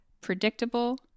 Predictable